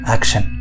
Action